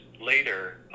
later